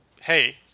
Hey